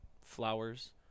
flowers